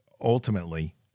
ultimately